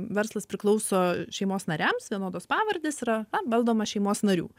verslas priklauso šeimos nariams vienodos pavardės yra valdoma šeimos narių